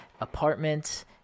apartment